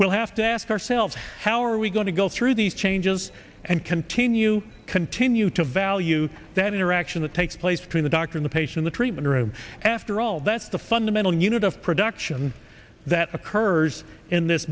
we'll have to ask ourselves how are we going to go through these changes and continue continue to value that interaction that takes place between the doctor the patient the treatment room after all that's the fundamental unit of production that occurs in this